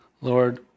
Lord